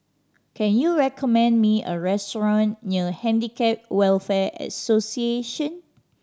can you recommend me a restaurant near Handicap Welfare Association